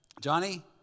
Johnny